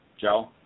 Joe